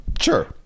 Sure